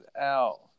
out